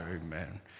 Amen